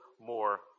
more